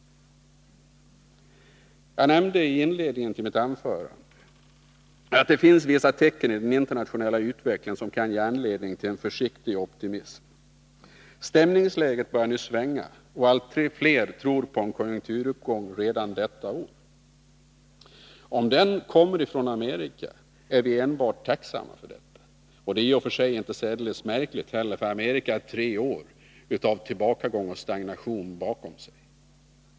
Jag nämnde i inledningen till mitt anförande att det finns vissa tecken i den internationella utvecklingen som kan ge anledning till en försiktig optimism. Stämningsläget börjar nu svänga, och allt fler tror på en konjunkturuppgång redan detta år. Om den kommer från Amerika är vi enbart tacksamma för det. Det är i och för sig inte heller särskilt märkligt — Amerika har tre år av tillbakagång och stagnation bakom sig.